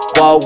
Whoa